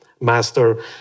master